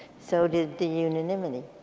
so did the unanimity.